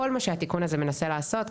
כל מה שהתיקון הזה מנסה לעשות,